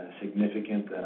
significant